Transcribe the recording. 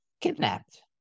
kidnapped